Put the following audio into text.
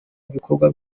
ibikorwa